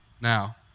Now